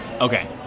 Okay